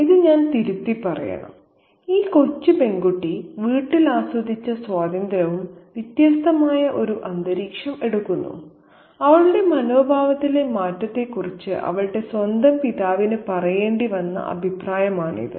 ഇത് ഞാൻ തിരുത്തി പറയണം ഈ കൊച്ചു പെൺകുട്ടി വീട്ടിൽ ആസ്വദിച്ച സ്വാതന്ത്ര്യവും വ്യത്യസ്തമായ ഒരു അന്തരീക്ഷം എടുക്കുന്നു അവളുടെ മനോഭാവത്തിലെ മാറ്റത്തെക്കുറിച്ച് അവളുടെ സ്വന്തം പിതാവിന് പറയേണ്ടി വന്ന അഭിപ്രായമാണിത്